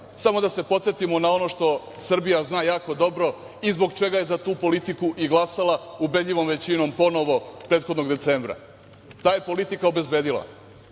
samo da se podsetimo na ono što Srbija zna vrlo dobro i zbog čega je za tu politiku i glasala ubedljivom većinom ponovo prethodnog decembra. Ta politika je obezbedila